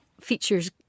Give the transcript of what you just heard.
features